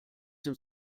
dem